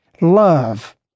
love